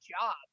job